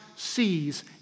sees